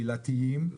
קהילתיים.